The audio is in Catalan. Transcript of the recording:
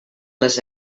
les